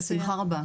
בשמחה רבה.